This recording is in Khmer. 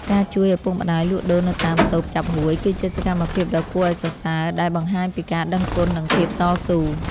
ការជួយឪពុកម្តាយលក់ដូរនៅតាមតូបចាប់ហួយគឺជាសកម្មភាពដ៏គួរឱ្យសរសើរដែលបង្ហាញពីការដឹងគុណនិងភាពតស៊ូ។